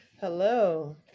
Hello